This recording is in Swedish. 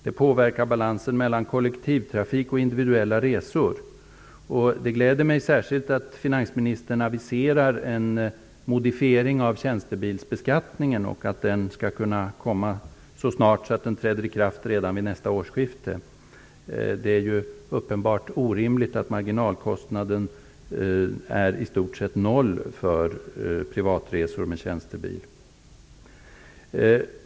Den påverkar balansen mellan kollektivtrafik och individuella resor. Det gläder mig särskilt att finansministern aviserar en modifiering av tjänstebilsbeskattningen och att den skall kunna komma så snart att den träder i kraft redan vid nästa årsskifte. Det är ju uppenbart orimligt att marginalkostnaden i stort sett är noll för privatresor med tjänstebil.